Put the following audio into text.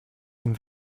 seem